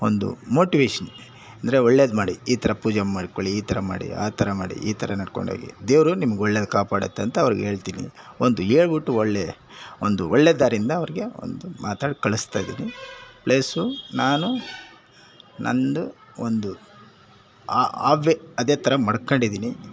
ಒಂದು ಮೋಟಿವೇಷನ್ ಅಂದರೆ ಒಳ್ಳೇದು ಮಾಡಿ ಈ ಥರ ಪೂಜೆ ಮಾಡ್ಕೊಳ್ಳಿ ಈ ಥರ ಮಾಡಿ ಆ ಥರ ಮಾಡಿ ಈ ಥರ ನಡ್ಕೊಂಡು ಹೋಗಿ ದೇವರು ನಿಮ್ಗೆ ಒಳ್ಳೇದು ಕಾಪಾಡುತ್ತೆ ಅಂತ ಅವ್ರ್ಗೆ ಹೇಳ್ತೀನಿ ಒಂದು ಹೇಳ್ಬುಟ್ಟು ಒಳ್ಳೆ ಒಂದು ಒಳ್ಳೆ ದಾರಿಂದ ಅವ್ರಿಗೆ ಒಂದು ಮಾತಾಡಿ ಕಳಿಸ್ತಾ ಇದ್ದೀನಿ ಪ್ಲೇಸು ನಾನು ನನ್ನದು ಒಂದು ಆವ್ವೆ ಅದೇ ಥರ ಮಡ್ಕಂಡು ಇದ್ದೀನಿ